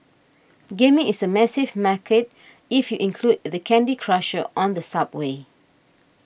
gaming is a massive market if you include the Candy Crushers on the subway